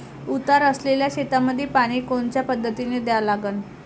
उतार असलेल्या शेतामंदी पानी कोनच्या पद्धतीने द्या लागन?